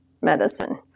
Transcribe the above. medicine